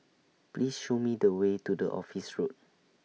Please Show Me The Way to The Office Road